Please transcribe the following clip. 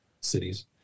cities